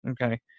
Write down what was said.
okay